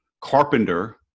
carpenter